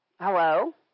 Hello